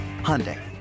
Hyundai